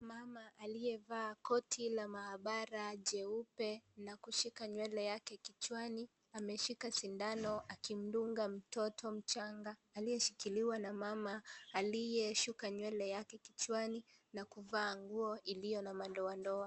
Mama aliyevaa koti la maabara jeupe na kushika nywele yake kichwani ameshika sindano akimdunga mtoto mchanga aliyeshikiliwa na mama aliyeshuka nywele yake kichwani na kuvaa nguo iliyo na madoadoa.